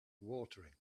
watering